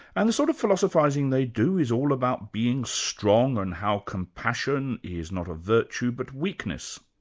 and the sort of philosophising they do is all about being strong and how compassion is not a virtue, but weakness.